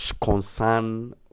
concern